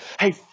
Hey